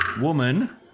woman